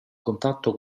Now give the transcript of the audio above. contatto